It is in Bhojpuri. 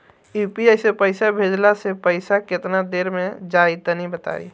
यू.पी.आई से पईसा भेजलाऽ से पईसा केतना देर मे जाई तनि बताई?